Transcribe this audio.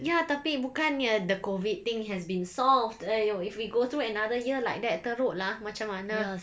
ya bukannya the COVID thing has been solved !aiyo! if we go through another year like that teruk lah macam mana